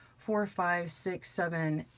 four, five, six, seven,